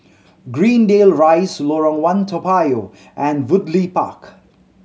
Greendale Rise Lorong One Toa Payoh and Woodleigh Park